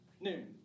noon